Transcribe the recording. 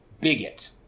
bigot